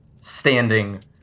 standing